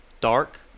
dark